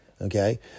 okay